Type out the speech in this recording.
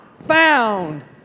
found